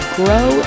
grow